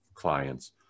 clients